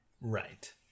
Right